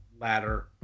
ladder